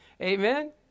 Amen